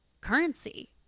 currency